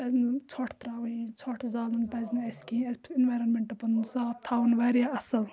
پَزِ نہٕ ژھۄٹھ ترٛاوٕنۍ ژھۄٹھ زالُن پَزِ نہٕ اَسہِ کِہیٖنۍ اَسہِ اِنوارمٮ۪نٛٹ پَنُن صاف تھاوُن واریاہ اَصٕل